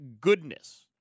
goodness